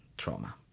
Trauma